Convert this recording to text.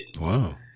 Wow